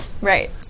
Right